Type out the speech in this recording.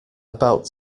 about